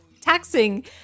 taxing